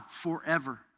forever